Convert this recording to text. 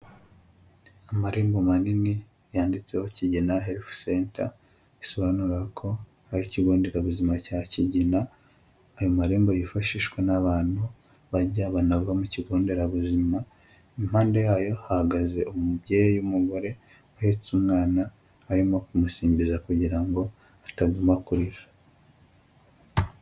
Amarembo manini yanditseho Kigina Health Center; bisobanura ko ari ikigo nderabuzima cya Kigina, ayo marembo yifashishwa n'abantu bajya banava mu kigo nderabuzima, impande yayo hahagaze umubyeyi w'umugore uhetse umwana, arimo kumusimbiza kugira ngo ataguma kurira.